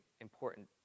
important